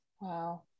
Wow